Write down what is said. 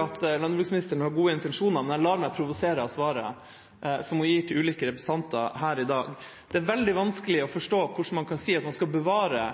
at landbruksministeren har gode intensjoner, men jeg lar meg provosere av svaret som hun gir til ulike representanter her i dag. Det er veldig vanskelig å forstå hvordan man kan si at man skal bevare